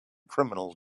criminal